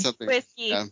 Whiskey